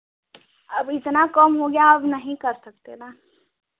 अब इतना कम हो गया अब नहीं कर सकते ना